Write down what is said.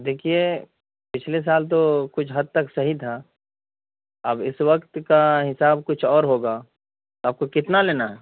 دیکھیے پچھلے سال تو کچھ حد تک صحیح تھا اب اس وقت کا حساب کچھ اور ہوگا آپ کو کتنا لینا ہے